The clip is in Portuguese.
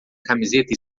camiseta